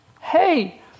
Hey